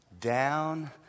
down